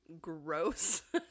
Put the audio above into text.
gross